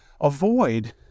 avoid